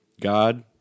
God